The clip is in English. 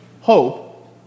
hope